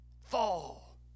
fall